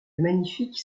magnifique